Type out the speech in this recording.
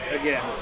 Again